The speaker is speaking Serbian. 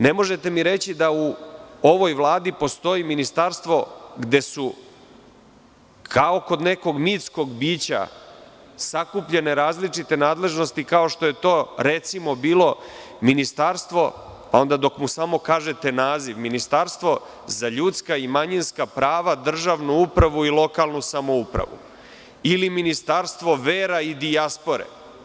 Ne možete mi reći da u ovoj Vladi postoji ministarstvo gde su kao kod nekog mitskog bića sakupljene različite nadležnosti, kao što je to recimo bilo ministarstvo, a onda dok mu samo kažete naziv – Ministarstvo za ljudska i manjinska prava, državnu upravu i lokalnu samoupravu ili Ministarstvo vera i dijaspore.